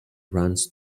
runs